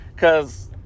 Cause